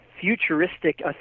futuristic